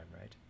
right